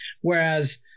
Whereas